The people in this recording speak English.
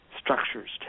structures